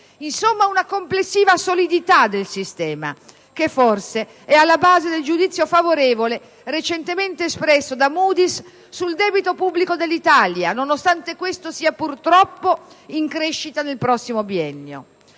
Insomma, una complessiva solidità del sistema, che forse è alla base del giudizio favorevole recentemente espresso da Moody's sul debito pubblico dell'Italia, nonostante questo sia purtroppo in crescita nel prossimo biennio.